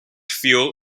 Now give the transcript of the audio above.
fuel